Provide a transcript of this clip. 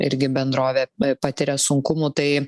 irgi bendrovė patiria sunkumų tai